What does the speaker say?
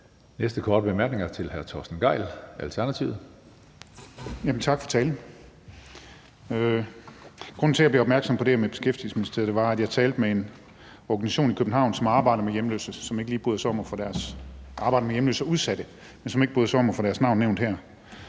Næste korte bemærkning er til hr. Torsten Gejl, Alternativet. Kl. 16:01 Torsten Gejl (ALT): Tak for talen. Grunden til, at jeg blev opmærksom på det her med Beskæftigelsesministeriet, var, at jeg talte med en organisation i København, som arbejder med hjemløse og udsatte, men som ikke bryder sig om at få deres navn nævnt her.